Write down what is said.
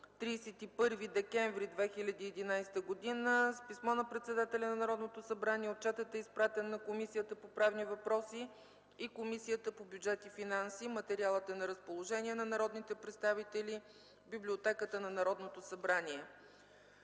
31 декември 2011 г. С писмо на председателя на Народното събрание отчетът е изпратен на Комисията по правни въпроси и Комисията по бюджет и финанси. Материалът е на разположение на народните представители в Библиотеката на Народното събрание.